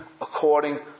according